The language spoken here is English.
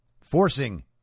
forcing